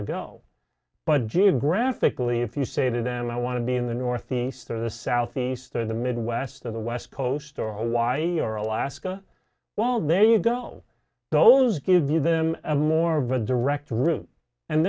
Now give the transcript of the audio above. to go but geographically if you say to them i want to be in the northeast or the southeast or the midwest to the west coast or why your alaska while there you go those give you them more of a direct route and